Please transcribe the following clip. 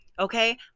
Okay